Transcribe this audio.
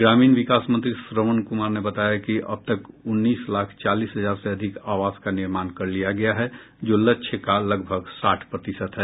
ग्रामीण विकास मंत्री श्रवण कुमार ने बताया कि अब तक उन्नीस लाख चालीस हजार से अधिक आवास का निर्माण कर लिया गया है जो लक्ष्य का लगभग साठ प्रतिशत है